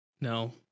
No